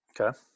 Okay